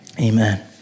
Amen